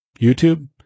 YouTube